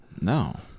No